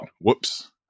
Whoops